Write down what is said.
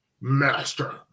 Master